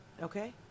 Okay